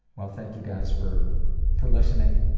well, thank you guys for for listening,